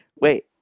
Wait